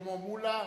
שלמה מולה,